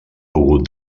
pogut